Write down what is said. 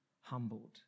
humbled